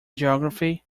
geography